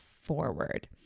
forward